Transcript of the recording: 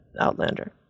Outlander